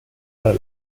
para